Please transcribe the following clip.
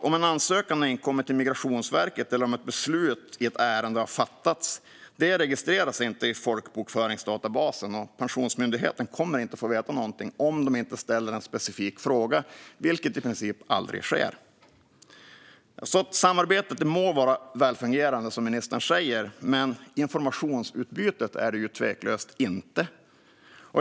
Om en ansökan har inkommit till Migrationsverket eller om beslut i ett ärende fattats registreras inte detta i folkbokföringsdatabasen, och Pensionsmyndigheten kommer inte få veta något, om de inte ställer en specifik fråga, vilket i princip aldrig sker. Samarbetet må vara välfungerande, som ministern säger, men informationsutbytet är det tveklöst inte.